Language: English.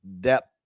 depth